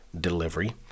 delivery